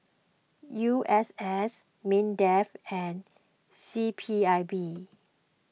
U S S Mindef and C P I B